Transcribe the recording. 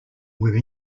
were